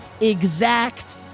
exact